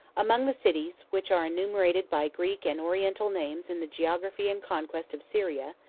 among the cities, which are enumerated by greek and oriental names in the geography and conquest of syria,